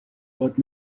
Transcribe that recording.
باهات